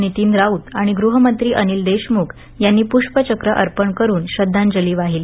नितीन राऊत आणि गृहमंत्री अनिल देशमुख यांनी पुष्पचक्र अर्पण करुन श्रध्दांजली वाहिली